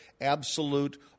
absolute